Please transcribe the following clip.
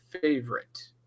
favorite